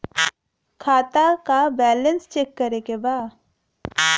खाता का balance check करे के बा?